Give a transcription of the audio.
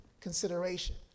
consideration